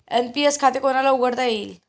NPS खाते कोणाला उघडता येईल?